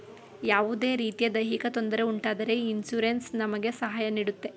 ಯಾವುದೇ ರೀತಿಯ ದೈಹಿಕ ತೊಂದರೆ ಉಂಟಾದರೆ ಇನ್ಸೂರೆನ್ಸ್ ನಮಗೆ ಸಹಾಯ ನೀಡುತ್ತೆ